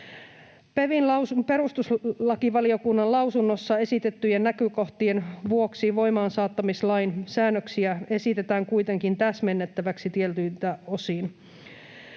Perustuslakivaliokunnan lausunnossa esitettyjen näkökohtien vuoksi voimaansaattamislain säännöksiä esitetään kuitenkin täsmennettäväksi tietyiltä osin.